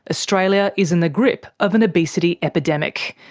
australia is in the grip of an obesity epidemic.